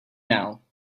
now